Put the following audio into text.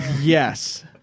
Yes